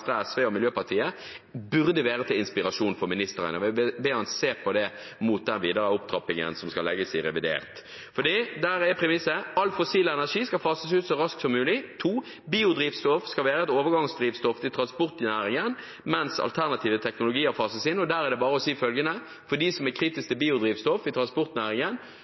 Venstre, SV og Miljøpartiet De Grønne, burde være til inspirasjon for statsråden. Jeg vil be han se på det mot den videre opptrappingen som skal legges i revidert nasjonalbudsjett, for der er premissene: For det første: All fossil energi skal fases ut så raskt som mulig. For det andre: Biodrivstoff skal være et overgangsdrivstoff i transportnæringen mens alternative teknologier fases inn. Og det er bare å si følgende til dem som er kritisk til biodrivstoff i